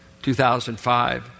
2005